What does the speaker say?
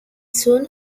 soon